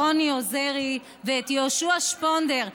ואת רוני עוזרי ויהושע שפונדר.